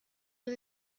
was